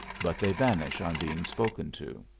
but they vanish on being spoken to.